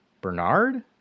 Bernard